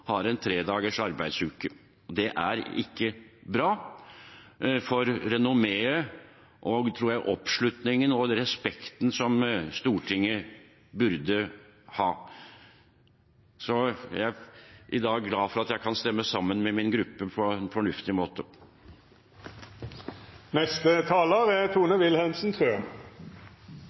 har en tredagers arbeidsuke. Det er ikke bra for renommeet og – tror jeg – den oppslutningen og respekten som Stortinget bør ha. Jeg er i dag glad for at jeg kan stemme sammen med min gruppe på en fornuftig